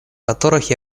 которых